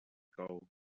gold